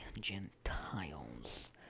Gentiles